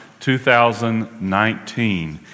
2019